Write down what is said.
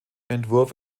entwurf